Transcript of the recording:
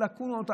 על הלקונות,